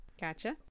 gotcha